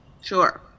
Sure